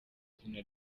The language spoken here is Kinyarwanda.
izina